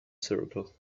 circle